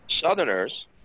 Southerners